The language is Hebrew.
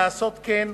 מלעשות כן.